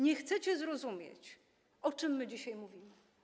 Nie chcecie zrozumieć, o czym dzisiaj mówimy.